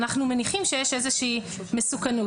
אנחנו מניחים שיש איזושהי מסוכנות.